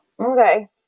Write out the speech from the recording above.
Okay